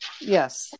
Yes